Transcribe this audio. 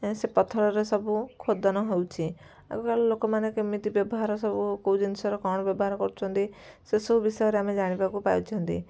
ସେ ପଥରରେ ସବୁ ଖୋଦନ ହେଉଛି ଆଗକାଳରେ ଲୋକମାନେ କେମିତି ବ୍ୟବହାର ସବୁ କେଉଁ ଜିନିଷର କ'ଣ ବ୍ୟବହାର କରୁଛନ୍ତି ସେସବୁ ବିଷୟରେ ଆମେ ଜାଣିବାକୁ ପାଉଛନ୍ତି